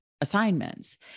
assignments